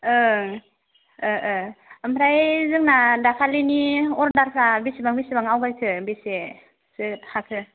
ओं ओमफ्राय जोंना दाखालिनि अर्डारा बेसेबां बेसेबां आवगायखो बेसेसो थाखो